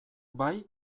bai